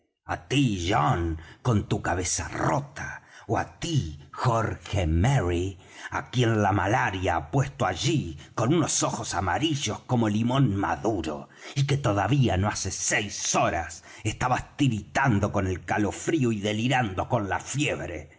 john con tu cabeza rota ó á tí jorge merry á quien la malaria ha puesto allí con unos ojos amarillos como limón maduro y que todavía no hace seis horas estabas tiritando con el calofrío y delirando con la fiebre